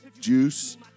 juice